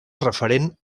referent